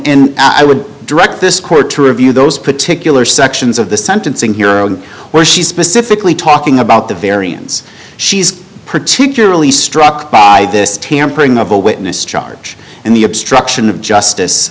i would direct this court to review those particular sections of the sentencing hearing where she's specifically talking about the variance she's particularly struck by this tampering of a witness charge and the obstruction of justice